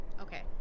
Okay